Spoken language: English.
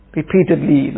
repeatedly